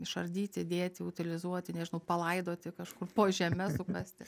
išardyti dėti utilizuoti nežinau palaidoti kažkur po žeme sumesti